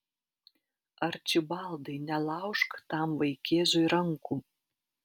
arčibaldai nelaužk tam vaikėzui rankų